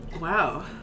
Wow